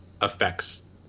affects